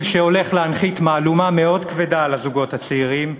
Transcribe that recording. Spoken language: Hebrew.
שהולך להנחית מהלומה מאוד כבדה על הזוגות הצעירים,